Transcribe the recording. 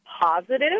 positive